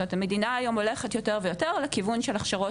המדינה היום הולכת יותר ויותר לכיוון של הכשרות